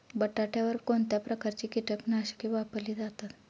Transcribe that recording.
बटाट्यावर कोणत्या प्रकारची कीटकनाशके वापरली जातात?